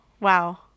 Wow